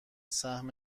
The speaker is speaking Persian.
سهم